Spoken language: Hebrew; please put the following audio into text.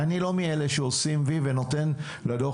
ואני לא מאלה שעושים וי ונותנים לדוח